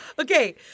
Okay